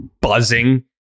buzzing